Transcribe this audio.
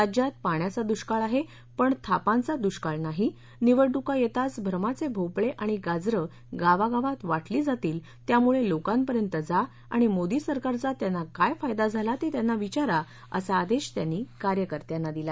राज्यात पाण्याचा दुष्काळ आहे पण थापांचा दुष्काळ नाही निवडणुका येताच भ्रमाचे भोपळे आणि गाजरं गावागावात वाटली जातील त्यामुळं लोकांपर्यंत जा आणि मोदी सरकारचा त्यांना काय फायदा झाला ते त्यांना विचारा असा आदेश त्यानी कार्यकर्त्यांना दिला